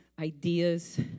ideas